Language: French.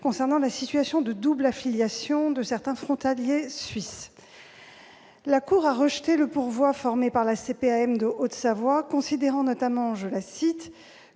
concernant la situation de double affiliation de certains frontaliers travaillant en Suisse. La Cour a rejeté le pourvoi formé par la CPAM de Haute-Savoie, considérant notamment « que